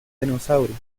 dinosaurio